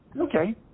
Okay